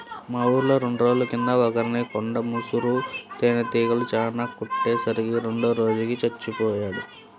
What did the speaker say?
మా ఊర్లో రెండు రోజుల కింద ఒకర్ని కొండ ముసురు తేనీగలు చానా కుట్టే సరికి రెండో రోజుకి చచ్చిపొయ్యాడు